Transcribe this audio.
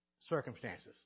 circumstances